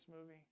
movie